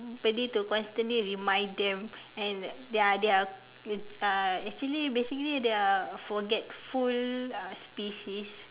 body to constantly remind them and they are they are uh actually basically they are forgetful uh species